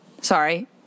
Sorry